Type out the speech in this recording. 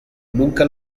nunca